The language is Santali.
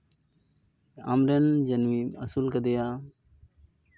ᱟᱢᱨᱮᱱ ᱡᱤᱭᱟᱹᱞᱤᱢ ᱟᱹᱥᱩᱞ ᱠᱟᱫᱮᱭᱟ